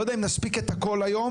אני לא יודע אם נספיק את הכל היום,